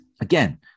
Again